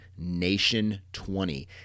Nation20